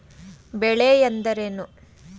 ಬೆಳೆ ಎಂದರೇನು?